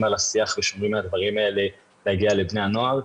על השיח ושומרים על הדברים האלה להגיע לבני הנוער.